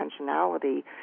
intentionality